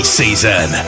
season